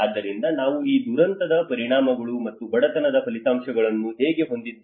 ಆದ್ದರಿಂದ ನಾವು ಈ ದುರಂತದ ಪರಿಣಾಮಗಳು ಮತ್ತು ಬಡತನದ ಫಲಿತಾಂಶಗಳನ್ನು ಹೇಗೆ ಹೊಂದಿದ್ದೇವೆ